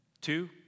Two